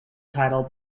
title